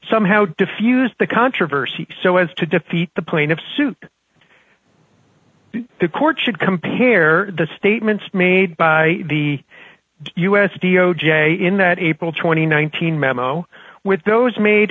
somehow diffuse the controversy so as to defeat the plaintiffs suit the court should compare the statements made by the u s d o j in that april th teen memo with those made